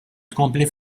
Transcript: tkompli